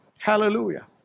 Hallelujah